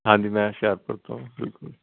ਹਾਂਜੀ ਮੈਂ ਹੁਸ਼ਿਆਰਪੁਰ ਤੋਂ ਬਿਲਕੁਲ